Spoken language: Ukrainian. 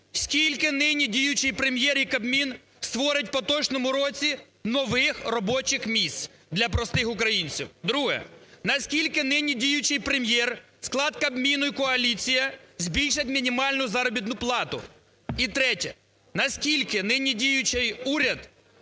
скільки нині діючий Прем'єр і Кабмін створить в поточному році нових робочих місць для простих українців. Друге: наскільки нині діючий Прем'єр, склад Кабміну і коаліція збільшать мінімальну заробітну плату. І третє: наскільки нині діючий уряд